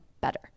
better